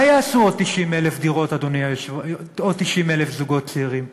מה יעשו עוד 90,000 זוגות צעירים?